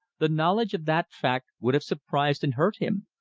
the knowledge of that fact would have surprised and hurt him,